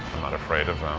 i'm not afraid of